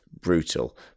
brutal